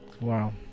Wow